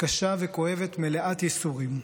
קשה וכואבת ומלאת ייסורים.